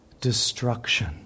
destruction